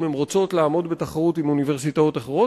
אם הן רוצות לעמוד בתחרות עם אוניברסיטאות אחרות,